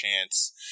chance